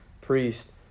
priest